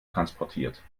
transportiert